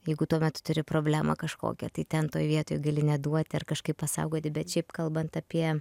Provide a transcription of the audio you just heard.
jeigu tuo metu turi problemą kažkokią tai ten toj vietoj gali neduoti ar kažkaip pasaugoti bet šiaip kalbant apie